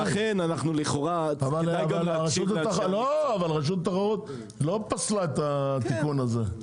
אבל רשות התחרות לא פסלה את התיקון הזה.